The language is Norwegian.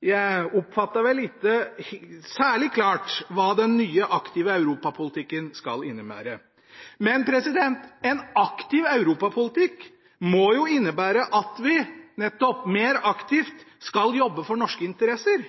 vel ikke særlig klart hva den nye, aktive europapolitikken skal innebære. Men en aktiv europapolitikk må jo innebære at vi nettopp mer aktivt skal jobbe for norske interesser,